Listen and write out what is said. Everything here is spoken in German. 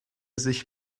sich